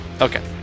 Okay